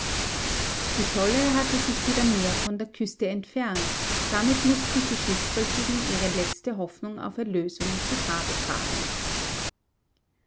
die scholle hatte sich wieder mehr von der küste entfernt damit mußten die schiffbrüchigen ihre letzte hoffnung auf erlösung zu grabe tragen